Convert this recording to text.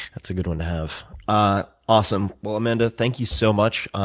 that's a good one to have. ah awesome. well, amanda, thank you so much.